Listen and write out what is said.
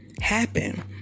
happen